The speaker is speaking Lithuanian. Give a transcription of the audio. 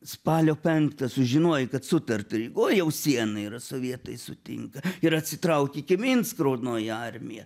spalio penktą sužinuojo kad sutarta rygoj jau siena yra sovietai sutinka ir atsitraukė iki minsko raudonoji armija